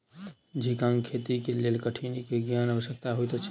झींगाक खेती के लेल कठिनी के ज्ञान आवश्यक होइत अछि